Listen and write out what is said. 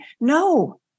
No